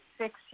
six